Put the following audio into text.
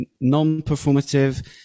non-performative